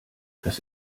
das